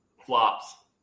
Flops